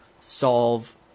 solve